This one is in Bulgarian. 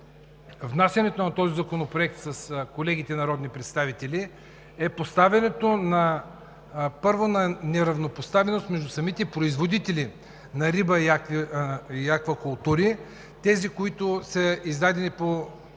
внасянето на този законопроект с колегите народни представители е поставянето, първо, на неравнопоставеност между самите производители на риба и аквакултури, тези, които са издадени по